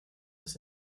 was